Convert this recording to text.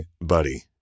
Buddy